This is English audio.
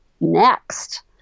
Next